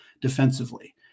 defensively